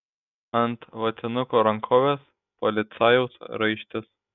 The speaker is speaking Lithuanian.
ant vatinuko rankovės policajaus raištis